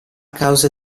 causa